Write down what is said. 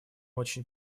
очень